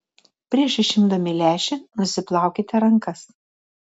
prieš išimdami lęšį nusiplaukite rankas